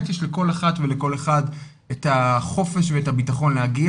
יש לכל אחד ולכל אחת את החופש ותא הביטחון להגיע,